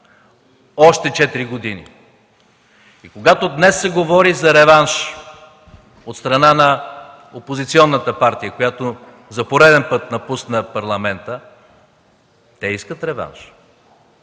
четири години. Когато днес се говори за реванш от страна на опозиционната партия, която за пореден път напусна Парламента, те искат реванш,